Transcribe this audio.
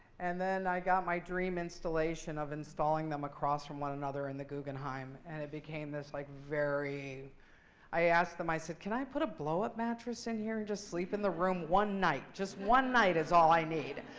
and then, i got my dream installation of installing them across from one another in the guggenheim. and it became this like very i asked them. i said, can i put a blowup mattress in here and just sleep in the room one night? just one night is all i need.